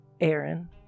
Aaron